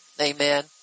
Amen